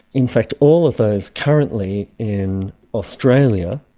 in fact all of those currently in australia,